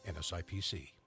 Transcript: NSIPC